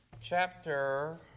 chapter